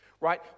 Right